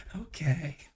Okay